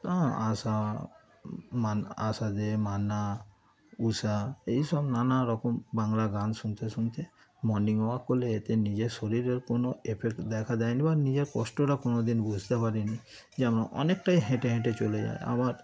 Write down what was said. হ্যাঁ আশা মান আশা দে মান্না উষা এইসব নানা রকম বাংলা গান শুনতে শুনতে মর্নিং ওয়াক করলে এতে নিজের শরীরের কোনো এফেক্ট দেখা দেয়নি বা নিজের কষ্টটা কোনো দিন বুঝতে পারিনি যেমন অনেকটাই হেঁটে হেঁটে চলে যায় আবার